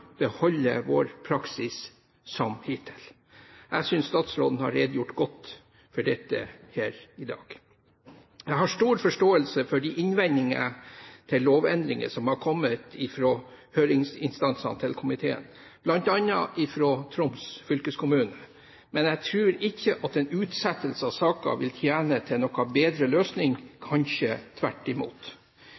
beholde vår praksis som hittil. Jeg synes statsråden har redegjort godt for dette her i dag. Jeg har stor forståelse for de innvendingene til lovendringen som har kommet fra høringsinstansene til komiteen, bl.a. fra Troms fylkeskommune, men jeg tror ikke en utsettelse av saken vil tjene til noen bedre løsning – kanskje tvert imot.